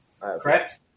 correct